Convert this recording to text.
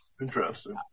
Interesting